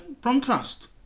broadcast